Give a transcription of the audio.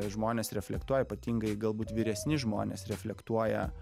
žmonės reflektuoja ypatingai galbūt vyresni žmonės reflektuoja